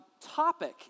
topic